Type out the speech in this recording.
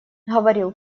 говорил